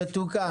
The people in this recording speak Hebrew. יתוקן.